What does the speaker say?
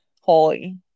holy